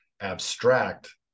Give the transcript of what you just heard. abstract